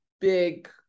big